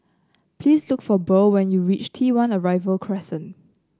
please look for Burl when you reach T One Arrival Crescent